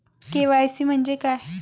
KYC म्हंजे काय?